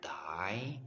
die